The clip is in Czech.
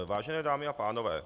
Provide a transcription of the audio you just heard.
Vážené dámy a pánové.